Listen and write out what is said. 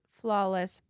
flawless